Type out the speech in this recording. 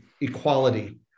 equality